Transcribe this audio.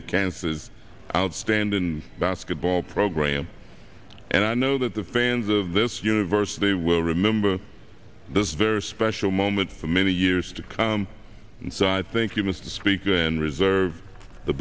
of kansas outstanding basketball program and i know that the fans of this universe they will remember this very special moment for many years to come and so i thank you mr speaker and reserve the